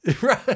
Right